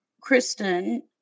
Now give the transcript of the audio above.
Kristen